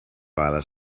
vegada